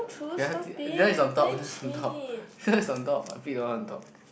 ya th~ this one is on top this one is on top this one is on top I pick the one on top